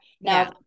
Now